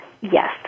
Yes